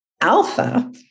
alpha